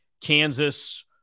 Kansas